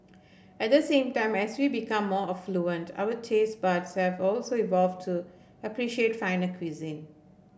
at the same as we become more affluent our taste buds have also evolve to appreciate finer cuisine